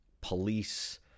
police